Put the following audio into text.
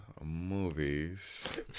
movies